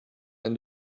and